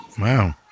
Wow